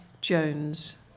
Jones